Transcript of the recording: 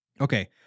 okay